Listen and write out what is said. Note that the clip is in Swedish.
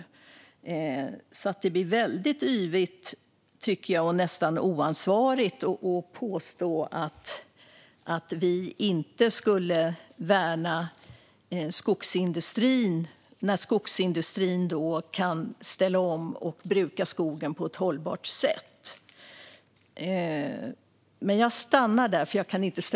Därför tycker jag att det blir väldigt yvigt och nästan oansvarigt att påstå att vi inte skulle värna skogsindustrin, när skogsindustrin kan ställa om och bruka skogen på ett hållbart sätt.